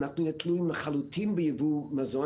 אנחנו נהיה תלויים לחלוטין בייבוא מזון.